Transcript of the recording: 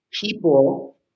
people